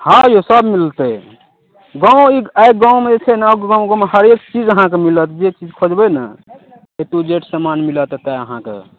हाँ यौ सब मिलतै गाम ई एहि गाममे जे छै ने गाममे एहि गाममे हरेक चीज अहाँकेँ मिलतै जे चीज खोजबै ने ए टू जेड समान मिलत एतए अहाँकेँ